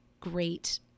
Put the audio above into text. great